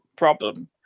Problem